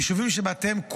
יישובים שבתיהם,